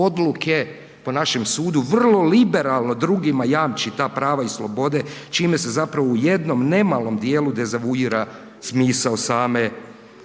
odluke po našem sudu vrlo liberalno drugima jamči ta prava i slobode čime se zapravo u jednom nemalom dijelu dezavuira smisao same